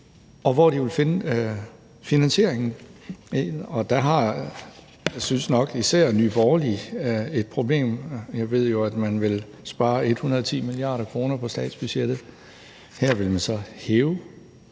og hvor de vil finde finansieringen, og der har – synes jeg – nok især Nye Borgerlige et problem. Jeg ved jo, at man vil spare 110 mia. kr. på statsbudgettet. Her vil man så øge